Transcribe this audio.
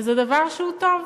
וזה דבר שהוא טוב,